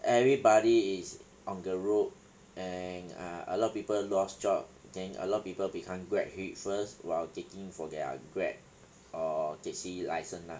everybody is on the road and err a lot of people lost job then a lot of people become grab hitch first while taking for their grab or taxi license lah